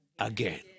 again